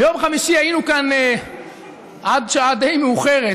ביום חמישי היינו כאן עד שעה די מאוחרת